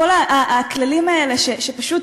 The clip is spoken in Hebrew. כל הכללים האלה שפשוט